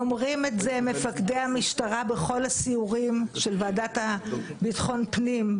אומרים את זה מפקדי המשטרה בכל הסיורים של ועדת ביטחון הפנים,